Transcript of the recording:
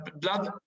blood